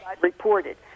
reported